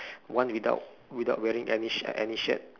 one without without wearing any shirt any shirt